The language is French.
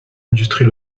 industrie